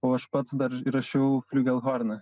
o aš pats dar įrašiau fliugelhorną